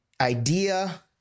idea